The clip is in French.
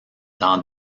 dans